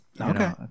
Okay